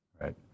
right